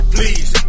Please